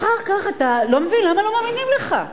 אחר כך אתה לא מבין למה לא מאמינים לך.